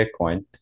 bitcoin